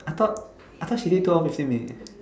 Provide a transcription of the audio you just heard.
I thought I thought she say twelve fifteen minutes